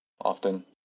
often